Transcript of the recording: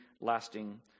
lasting